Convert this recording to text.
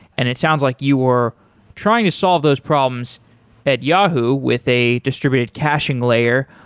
and it sounds like you were trying to solve those problems at yahoo with a distributed caching layer.